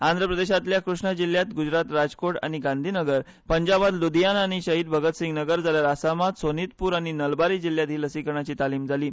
आंध्र प्रदेशांतल्यान कृष्णा जिल्ह्यांत गुजरातांत राजकोट आनी गांधीनगर पंजाबांत लुधियाना आनी शहीद भगत सिंघ नगर जाल्यार आसामांत सोनीतपूर आनी नलबारी जिल्ह्यांत ही लसीकरणाची तालीम जाली